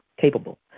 capable